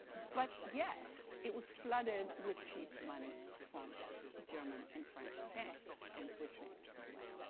but yet it was flooded with cheap money from german and french banks and swiss banks, as well.